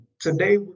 today